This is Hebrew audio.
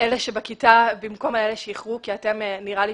אלה שבכיתה במקום על אלה שאיחרו - נראה לי